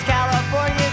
California